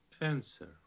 answer